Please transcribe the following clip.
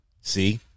See